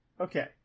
okay